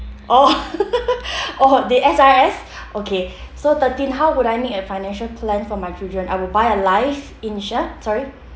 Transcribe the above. orh orh the S_R_S okay so thirteen how would I make a financial plan for my children I would buy a life insur~ sorry